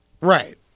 Right